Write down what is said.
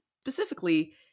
specifically